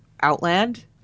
Outland